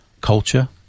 culture